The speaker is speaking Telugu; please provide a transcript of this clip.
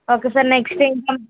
ఓకే సార్ నెక్స్ట్ ఏంటి